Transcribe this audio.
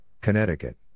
Connecticut